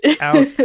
out